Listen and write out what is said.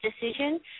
decision